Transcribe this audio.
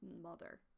mother